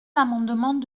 l’amendement